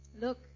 Look